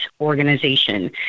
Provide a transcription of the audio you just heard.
organization